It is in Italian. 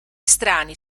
strani